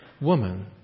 woman